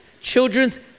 Children's